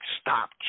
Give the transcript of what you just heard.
stop